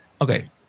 Okay